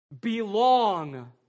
Belong